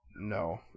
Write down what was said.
No